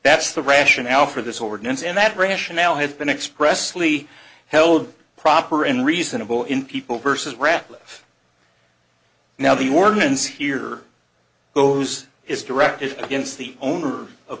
that's the rationale for this ordinance and that rationale has been expressly held proper and reasonable in people versus ratliff now the ordinance here those is directed against the owner of